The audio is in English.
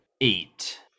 eight